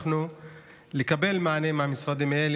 אנחנו מחויבים לקבל מענה מהמשרדים האלה,